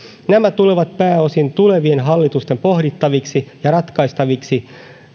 nämä tulevat pääosin tulevien hallitusten pohdittaviksi ja ratkaistaviksi